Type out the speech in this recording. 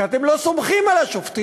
כי אתם לא סומכים על השופטים.